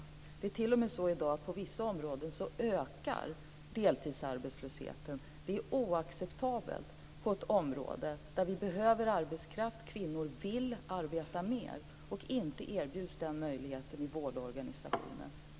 I dag är det t.o.m. så att deltidsarbetslösheten ökar på vissa områden. Detta är oacceptabelt på ett område där vi behöver arbetskraft. Kvinnor vill arbeta mer men erbjuds inte den möjligheten i vårdorganisationen.